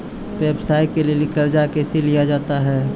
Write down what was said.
व्यवसाय के लिए कर्जा कैसे लिया जाता हैं?